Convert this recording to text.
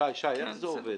שי, איך זה עובד?